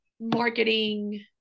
marketing